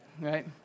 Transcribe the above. Right